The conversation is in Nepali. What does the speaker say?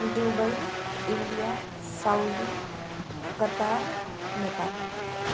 Dubai India Saudi Qatar Nepal